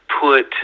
put